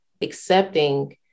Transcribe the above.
accepting